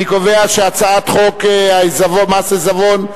אני קובע שהצעת חוק מס עיזבון,